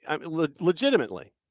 legitimately